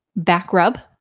Backrub